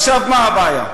עכשיו, מה הבעיה?